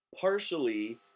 Partially